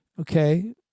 okay